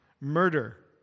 murder